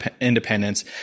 independence